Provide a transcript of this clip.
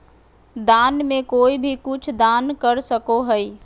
दान में कोई भी कुछु दान कर सको हइ